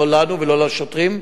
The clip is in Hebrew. לא לנו ולא לשוטרים,